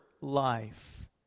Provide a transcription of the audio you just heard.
life